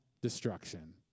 destruction